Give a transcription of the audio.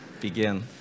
begin